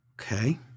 Okay